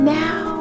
now